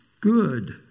Good